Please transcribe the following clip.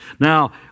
Now